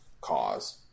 cause